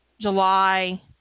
July